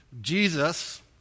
Jesus